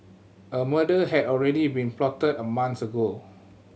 a murder had already been plotted a month ago